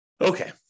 Okay